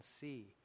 see